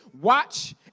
watch